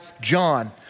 John